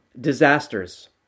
disasters